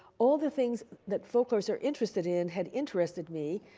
all the things that folklorists are interested in had interested me,